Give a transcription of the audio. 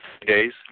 days